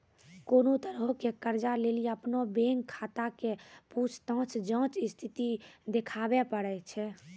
कोनो तरहो के कर्जा लेली अपनो बैंक खाता के पूछताछ जांच स्थिति देखाबै पड़ै छै